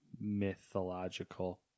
mythological